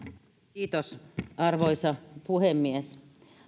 arvoisa puhemies